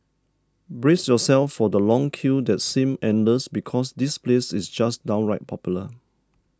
brace yourself for the long queue that seem endless because this place is just downright popular